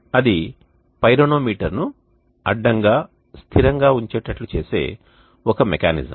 అది పైరోనోమీటర్ను అడ్డంగా స్థిరంగా ఉంచేటట్లు చేసే ఒక మెకానిజం